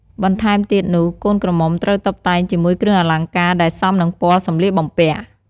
បន្ថែមទៀតនុះកូនក្រមុំត្រូវតុបតែងជាមួយគ្រឿងអលង្ការដែលសមនឹងពណ៌សម្លៀកបំពាក់។